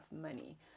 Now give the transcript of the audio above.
money